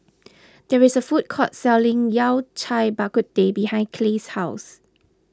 there is a food court selling Yao Cai Bak Kut Teh behind Clay's house